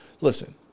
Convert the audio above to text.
listen